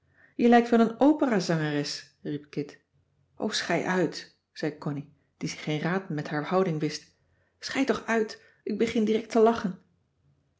je lijkt wel een operazangeres riep kit o schei uit zei connie die zich geen raad met haar houding wist schei toch uit ik begin direct te lachen